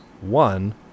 One